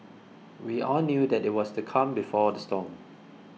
we all knew that it was the calm before the storm